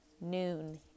noon